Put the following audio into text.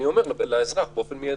אני אומר לאזרח באופן מיידי.